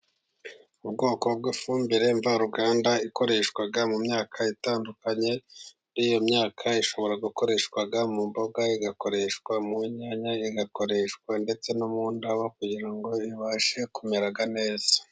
Ubwoko bw'ifumbire mvaruganda ikoreshwa mu myaka itandukanye, muri iyo myaka ishobora gukoreshwa mu mboga, igakoreshwa mu nyanya, igakoreshwa ndetse no mu ndabo, kugira ngo zibashe kumera neza.